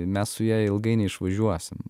mes su ja ilgai neišvažiuosim